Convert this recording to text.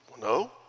No